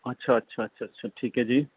ਅੱਛਾ ਅੱਛਾ ਅੱਛਾ ਅੱਛਾ ਠੀਕ ਹੈ ਜੀ